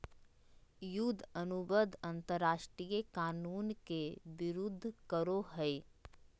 युद्ध अनुबंध अंतरराष्ट्रीय कानून के विरूद्ध करो हइ